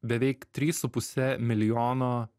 beveik trys su puse milijono